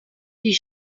die